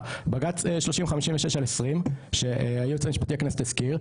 בג"צ ,3056/20 שהיועץ המשפטי של הכנסת הזכיר,